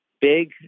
big